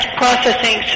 processing